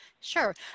sure